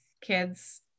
kids